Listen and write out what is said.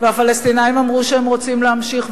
והפלסטינים אמרו שהם רוצים להמשיך,